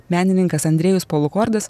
menininkas andrėjus polukordas